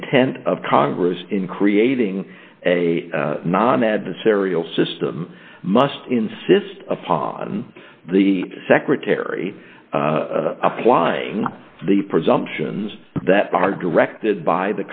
intent of congress in creating a non adversarial system must insist upon the secretary applying the presumptions that are directed by